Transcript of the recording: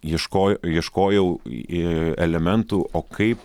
ieško ieškojau a elementų o kaip